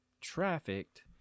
trafficked